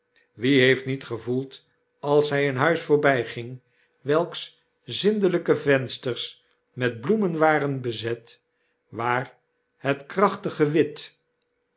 wie heeft niet gevoeld als hy een huis voorbyging welks zindelyke vensters met bloemen waren bezet waar het krachtige wit